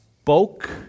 spoke